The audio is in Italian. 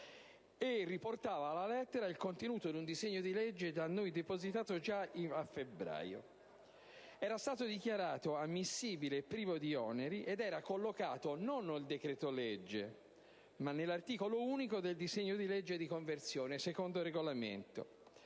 e riportava alla lettera il contenuto di un disegno di legge da noi depositato già a febbraio. Era stato dichiarato ammissibile e privo di oneri, nonché collocato, non nel decreto-legge, ma nell'articolo unico del disegno di legge di conversione, secondo il Regolamento.